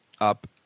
up